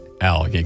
Al